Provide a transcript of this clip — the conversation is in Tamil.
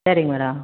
சேரிங்க மேடம்